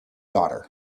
daughter